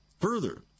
Further